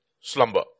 Slumber